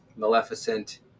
Maleficent